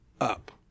up